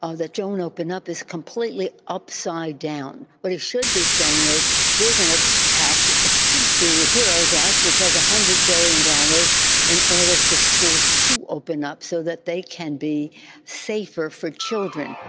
ah that john opened up this completely upside down, what he should be saying is we're going to pass the heroes act, which has a hundred billion dollars in order for schools to open up so that they can be safer for children